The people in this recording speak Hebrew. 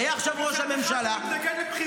היה עכשיו ראש הממשלה -- מצד אחד הוא מתנגד לבחירות,